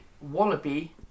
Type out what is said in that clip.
Wallaby